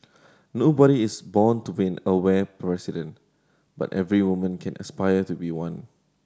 nobody is born to be an aware president but every woman can aspire to be one